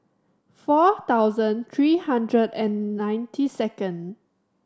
four thousand three hundred and ninety second